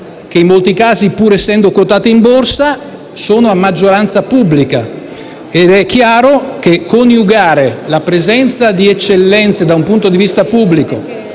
che in molti casi, pur essendo quotate in borsa, sono a maggioranza pubblica. È chiaro che è necessario coniugare la presenza di eccellenze da un punto di vista pubblico